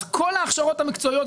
אז כלה הכרות המקצועיות,